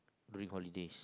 during holidays